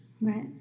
Right